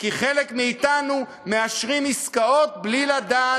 כי חלק מאתנו מאשרים עסקאות בלי לדעת,